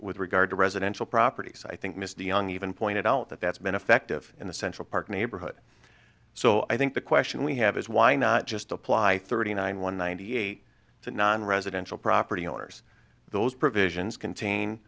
with regard to residential properties i think mr young even pointed out that that's been effective in the central park neighborhood so i think the question we have is why not just apply thirty nine one ninety eight to nine residential property owners those provisions contain